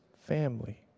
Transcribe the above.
family